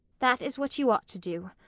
that is what you ought to do,